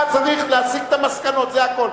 אתה צריך להסיק את המסקנות, זה הכול.